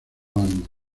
banda